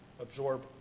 absorb